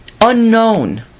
unknown